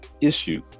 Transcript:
issue